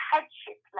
Headship